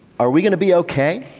are we going to be okay?